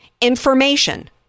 information